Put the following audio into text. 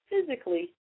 physically